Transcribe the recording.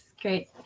Great